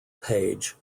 page